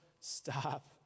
stop